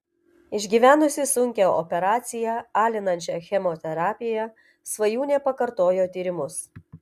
išgyvenusi sunkią operaciją alinančią chemoterapiją svajūnė pakartojo tyrimus